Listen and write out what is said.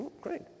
great